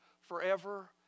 forever